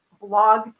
blog